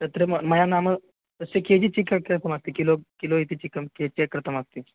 तत्र मया मया नाम तस्य के जि चिक् कृतमस्ति किलो किलो इति चिकं के के कृतमस्ति